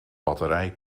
batterij